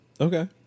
Okay